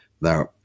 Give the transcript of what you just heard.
Now